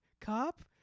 cop